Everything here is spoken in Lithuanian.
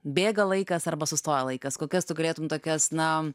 bėga laikas arba sustoja laikas kokias tu galėtum tokias na